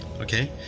okay